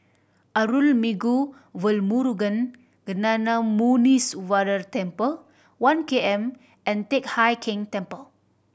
Arulmigu Velmurugan Gnanamuneeswarar Temple One K M and Teck Hai Keng Temple